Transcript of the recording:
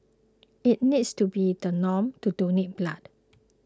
it needs to be the norm to donate blood